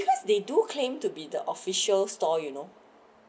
because they do claim to be the official store you know